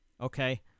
okay